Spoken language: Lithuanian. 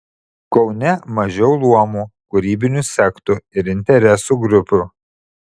kaune mažiau luomų kūrybinių sektų ir interesų grupių